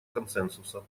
консенсуса